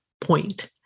point